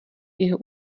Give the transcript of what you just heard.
jeho